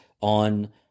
on